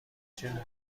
جون